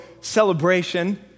celebration